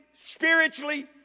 spiritually